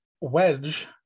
wedge